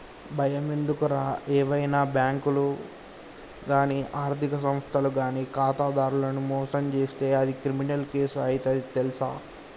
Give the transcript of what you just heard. బయమెందుకురా ఏవైనా బాంకులు గానీ ఆర్థిక సంస్థలు గానీ ఖాతాదారులను మోసం జేస్తే అది క్రిమినల్ కేసు అయితది తెల్సా